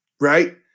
right